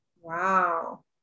Wow